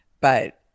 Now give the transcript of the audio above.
But-